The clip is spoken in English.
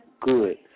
good